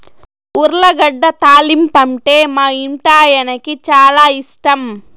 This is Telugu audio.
ఉర్లగడ్డ తాలింపంటే మా ఇంటాయనకి చాలా ఇష్టం